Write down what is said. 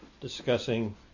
discussing